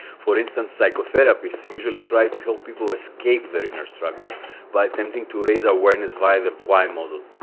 for instance, psychotherapists usually try to help people escape their inner struggles by attempting to raise awareness via the why model.